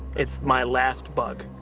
it's my last bug.